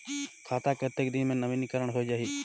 खाता कतेक दिन मे नवीनीकरण होए जाहि??